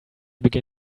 begin